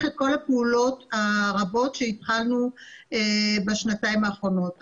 את כל הפעולות הרבות שהתחלנו בשנתיים האחרונות.